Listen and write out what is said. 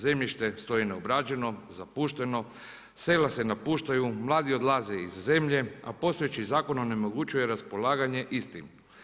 Zemljište stoji neobrađeno, zapušteno, sela se napuštaju, mladi odlaze iz zemlje, a postojeći zakon onemogućujući raspolaganje istim.